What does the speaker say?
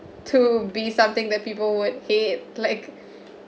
to be something that people would hate like